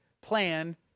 plan